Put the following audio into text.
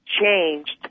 changed